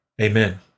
Amen